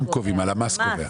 הם קובעים, הלמ"ס קובע.